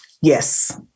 Yes